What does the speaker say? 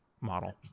model